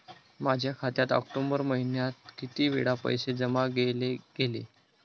माझ्या खात्यात ऑक्टोबर महिन्यात किती वेळा पैसे जमा केले गेले?